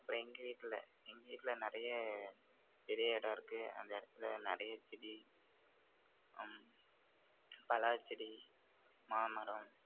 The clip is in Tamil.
அப்புறம் எங்கள் வீட்டில் எங்கள் வீட்டில் நிறைய பெரிய இடம் இருக்குது அந்த இடத்துல நிறைய செடி பலா செடி மாமரம்